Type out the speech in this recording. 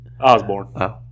Osborne